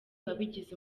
wabigize